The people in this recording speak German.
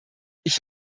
ich